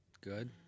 Good